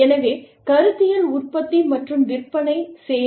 எனவே கருத்தியல் உற்பத்தி மற்றும் விற்பனை சேவை